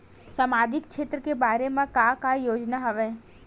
सामाजिक क्षेत्र के बर का का योजना हवय?